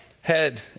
head